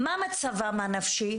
מה מצבם הנפשי?